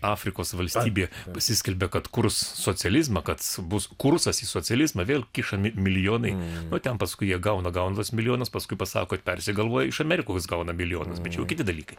afrikos valstybė pasiskelbė kad kurs socializmą kad su bus kursas į socializmą vėl kišami milijonai o ten paskui jie gauna gauna tuos milijonus paskui pasako kad persigalvojo iš amerikos gauna milijonus bet čia jau kiti dalykai